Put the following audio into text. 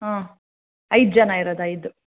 ಹಾಂ ಐದು ಜನ ಇರೋದು ಐದು